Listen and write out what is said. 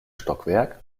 stockwerk